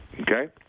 Okay